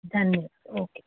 धन्यवाद ओके